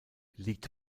liegt